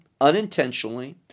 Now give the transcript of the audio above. unintentionally